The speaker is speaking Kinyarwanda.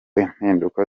impinduka